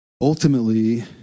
Ultimately